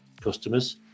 customers